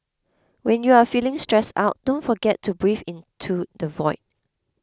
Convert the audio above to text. when you are feeling stressed out don't forget to breathe into the void